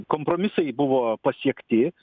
kompromisai buvo pasiekti